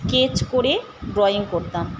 sketch করে drawing করতাম